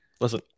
Listen